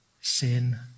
sin